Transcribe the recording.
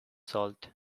salt